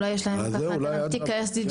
אולי אפשר לתת להם את תיק ה-SDG,